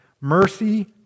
Mercy